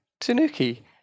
tanuki